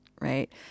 right